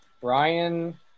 Brian